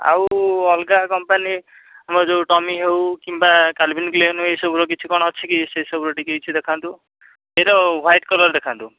ଆଉ ଅଲଗା କମ୍ପାନୀ ଆମର ଯେଉଁ ଡମି ହେଉ କିମ୍ବା କାଲ୍ଭିନ୍ କ୍ଳେନ୍ ଏସବୁ କିଛି କ'ଣ ଅଛି କି ସେସବୁ ବି କିଛି ଟିକିଏ ଦେଖାନ୍ତୁ ଡ଼ମିର ହ୍ଵାଇଟ୍ କଲର୍ ଦେଖାନ୍ତୁ